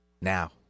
Now